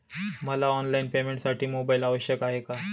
मला ऑनलाईन पेमेंटसाठी मोबाईल आवश्यक आहे का?